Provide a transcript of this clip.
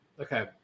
Okay